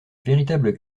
véritable